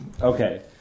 Okay